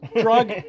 drug